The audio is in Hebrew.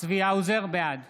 בעד